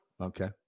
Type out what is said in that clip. Okay